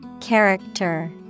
Character